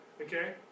Okay